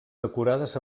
decorades